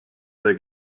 other